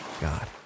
God